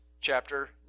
chapter